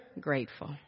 grateful